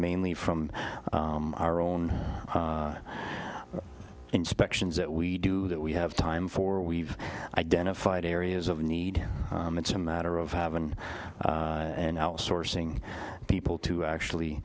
mainly from our own inspections that we do that we have time for we've identified areas of need it's a matter of having an outsourcing people to actually